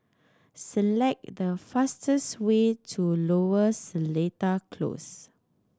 select the fastest way to Lower Seletar Close